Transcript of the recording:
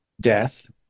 death